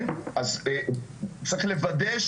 כן, אז צריך לוודא.